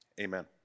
Amen